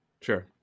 Sure